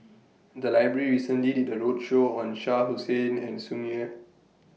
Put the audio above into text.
The Library recently did A roadshow on Shah Hussain and Tsung Yeh